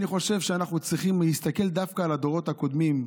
אני חושב שאנחנו צריכים להסתכל דווקא על הדורות הקודמים,